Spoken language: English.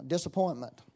Disappointment